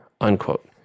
unquote